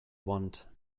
want